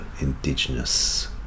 Indigenous